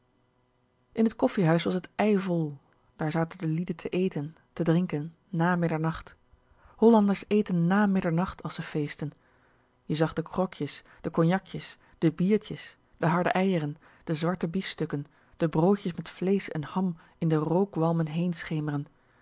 in het koffiehuis was het eivol daar zaten de lieden te eten te drinken na middernacht hollanders eten na middernacht als ze féésten je zag de grocjes de cognacjes de biertjes de harde eieren de zwarte biefstukken de broodjes met vleesch en ham in de rookwalmen heen